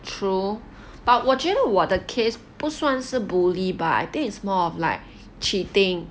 true but 我觉得我的 case 不算是 bully 吧 I think it's more of like cheating